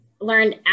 learned